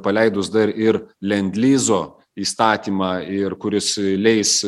paleidus dar ir lendlizo įstatymą ir kuris leis